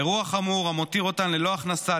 אירוע חמור המותיר אותן ללא הכנסה,